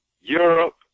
Europe